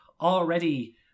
already